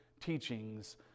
teachings